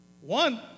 One